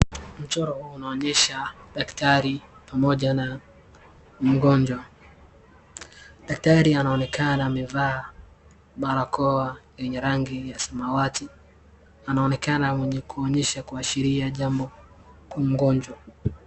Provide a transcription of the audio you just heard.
Mchoro huu unaonyesha daktari pamoja na mgonjwa. Daktari anaonekana amevaa barakoa yenye rangi ya samawati, anaonekana mwenye kuonyesha kuashiria jambo kwa mgonjwa.